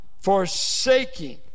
forsaking